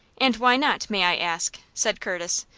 and why not, may i ask? said curtis,